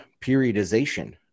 periodization